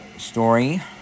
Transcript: story